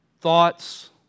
thoughts